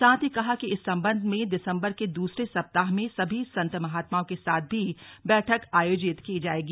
साथ ही कहा कि इस सम्बन्ध में दिसम्बर के दूसरे सप्ताह में सभी संत महात्माओं के साथ भी बैठक आयोजित की जायेगी